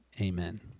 Amen